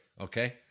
Okay